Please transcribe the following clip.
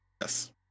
yes